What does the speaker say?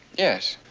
yes.